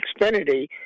Xfinity